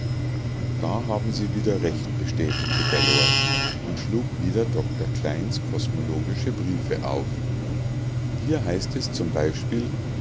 da haben sie wieder recht bestätigte der lord und schlug wieder dr kleins kosmologische briefe auf hier heißt es zum beispiel